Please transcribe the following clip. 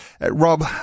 Rob